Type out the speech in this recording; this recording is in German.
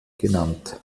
genannt